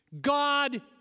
God